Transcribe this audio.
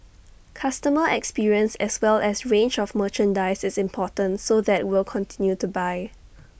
customer experience as well as range of merchandise is important so that will continue to buy